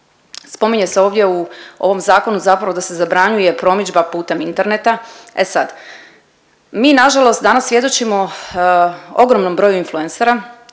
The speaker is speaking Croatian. spominje se ovdje u ovom zakonu zapravo da se zabranjuje promidžba putem interneta. E sad, mi nažalost danas svjedočimo ogromnom broju infuencera